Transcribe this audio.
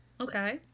Okay